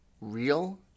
real